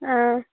ꯑꯥ